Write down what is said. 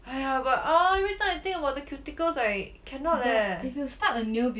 !haiya! but ugh everytime I think about the cuticles I cannot leh